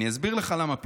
אני אסביר לך למה פתאום.